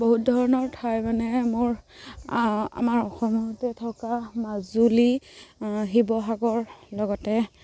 বহুত ধৰণৰ ঠাই মানে মোৰ আমাৰ অসমতে থকা মাজুলী শিৱসাগৰ লগতে